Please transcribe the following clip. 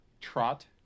trot